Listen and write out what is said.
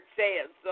says